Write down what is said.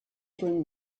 bring